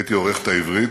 הייתי עורך את העברית,